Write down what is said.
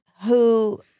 who-